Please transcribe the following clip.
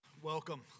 Welcome